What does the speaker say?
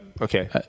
Okay